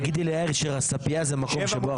אחרי סעיף (ב1)